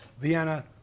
Vienna